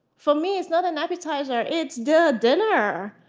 for me, it's not an appetizer, it's the dinner.